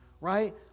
right